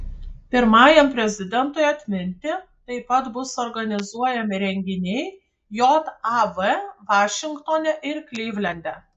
pirmajam prezidentui atminti taip pat bus organizuojami renginiai jav vašingtone ir klivlende